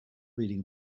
reading